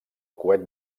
coet